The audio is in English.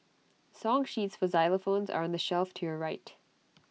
song sheets for xylophones are on the shelf to your right